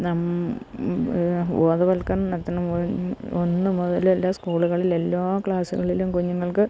ബോധവൽക്കരണം നടത്തണം ഒന്ന് മുതല് എല്ലാ സ്കൂളുകളിലും എല്ലാ ക്ലാസുകളിലും കുഞ്ഞുങ്ങൾക്ക്